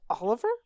Oliver